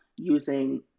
using